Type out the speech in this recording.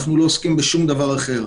אנחנו לא עוסקים בשום דבר אחר.